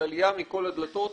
של עלייה מכל הדלתות,